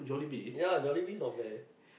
ya Jollibee is not bad eh